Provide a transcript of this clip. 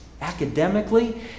Academically